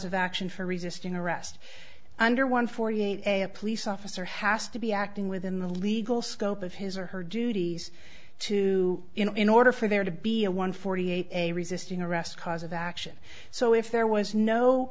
of action for resisting arrest under one forty eight a police officer has to be acting within the legal scope of his or her duties to in order for there to be a one forty eight a resisting arrest cause of action so if there was no